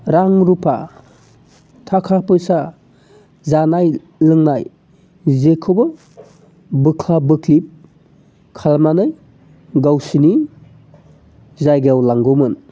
रां रुफा थाखा फैसा जानाय लोंनाय जेखौबो बोख्लाब बोख्लिब खालामनानै गावसोरनि जायगायाव लांगौमोन